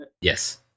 Yes